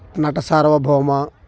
నట సార్వభౌమ